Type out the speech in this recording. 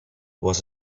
was